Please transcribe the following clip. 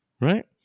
Right